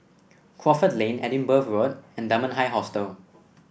Crawford Lane Edinburgh Road and Dunman High Hostel